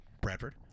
Bradford